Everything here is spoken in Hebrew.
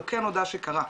הוא כן הודה שקרה,